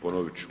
Ponovit ću.